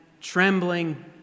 trembling